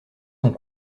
sont